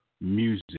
music